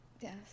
Yes